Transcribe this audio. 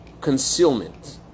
concealment